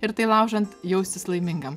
ir tai laužant jaustis laimingam